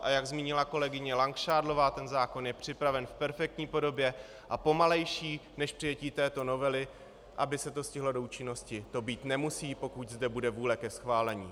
A jak zmínila kolegyně Langšádlová, ten zákon je připraven v perfektní podobě a pomalejší, než přijetí této novely, aby se to stihlo do účinností, to být nemusí, pokud zde bude vůle ke schválení.